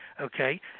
okay